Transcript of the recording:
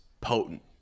potent